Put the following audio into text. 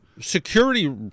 security